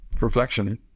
reflection